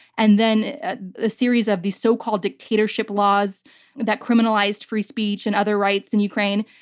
and then a series of these so-called dictatorship laws that criminalized free speech and other rights in ukraine.